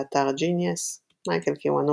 באתר Genius מייקל קיוונוקה,